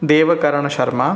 Devkaran Sharma